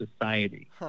society